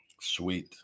sweet